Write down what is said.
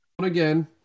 again